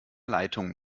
leitungen